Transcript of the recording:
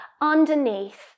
underneath